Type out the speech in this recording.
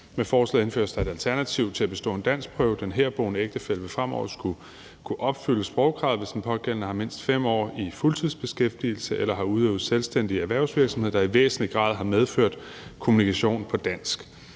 Med forslaget indføres der et alternativ til at bestå en danskprøve. Den herboende ægtefælle vil fremover skulle kunne opfylde sprogkravet, hvis den pågældende har været mindst 5 år i fuldtidsbeskæftigelse eller har udøvet selvstændig erhvervsvirksomhed, der i væsentlig grad har medført kommunikation på dansk.